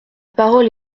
parole